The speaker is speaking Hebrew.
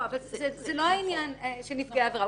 לא, אבל זה לא העניין של נפגעי העבירה.